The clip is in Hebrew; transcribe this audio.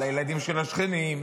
לילדים של השכנים,